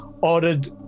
ordered